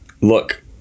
look –